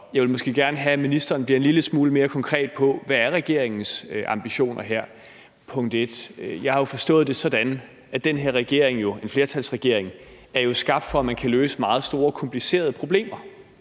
jeg vil måske gerne have, at ministeren måske bliver lille smule mere konkret på, hvad regeringens ambitioner er her. Det er punkt 1. Jeg har jo forstået det sådan, at den her regering, en flertalsregering, er skabt for, at man kan løse meget store komplicerede problemer,